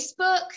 Facebook